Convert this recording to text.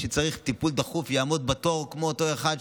ככתוב בתורתנו,